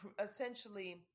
essentially